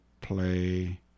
play